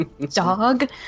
Dog